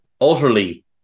utterly